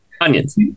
Onions